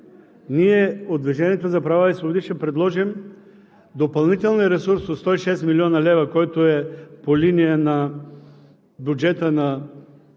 ние от „Движението за права и свободи“ ще предложим допълнителният ресурс от 106 млн. лв., който е по линия на бюджета –